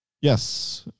Yes